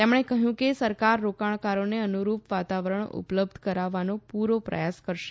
તેમણે કહયું કે સરકાર રોકાણકારોને અનુરૂપ વાતાવરણ ઉપલબ્ધ કરાવવાનો પુરો પ્રયાસ કરશે